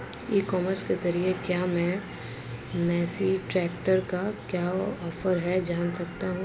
ई commerce के ज़रिए क्या मैं मेसी ट्रैक्टर का क्या ऑफर है जान सकता हूँ?